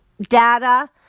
data